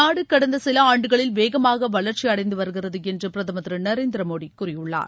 நாடு கடந்த சில ஆண்டுகளில் வேகமாக வளர்ச்சி அடைந்தவருகிறது என்று பிரதமர் திரு நரேந்திர மோடி கூறியுள்ளார்